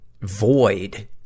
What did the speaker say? void